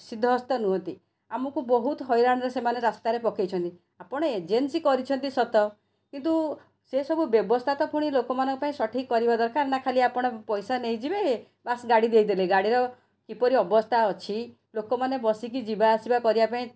ସିଧହସ୍ତ ନୁହଁନ୍ତି ଆମକୁ ବହୁତ ହଇରାଣରେ ସେମାନେ ରାସ୍ତାରେ ପକାଇଛନ୍ତି ଆପଣ ଏଜେନ୍ସି କରିଛନ୍ତି ସତ କିନ୍ତୁ ସେ ସବୁ ବ୍ୟବସ୍ଥା ତ ପୁଣି ଲୋକମାନଙ୍କ ପାଇଁ ସଠିକ୍ କରିବା ଦରକାର ନା ଖାଲି ଆପଣ ପଇସା ନେଇଯିବେ ବାସ୍ ଗାଡ଼ି ଦେଇଦେଲେ ଗାଡ଼ିର କିପରି ଅବସ୍ଥା ଅଛି ଲୋକମାନେ ବସିକି ଯିବା ଆସିବା କରିବାପାଇଁ